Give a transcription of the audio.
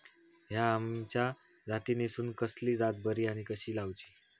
हया आम्याच्या जातीनिसून कसली जात बरी आनी कशी लाऊची?